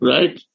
Right